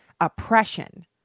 oppression